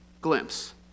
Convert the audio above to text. glimpse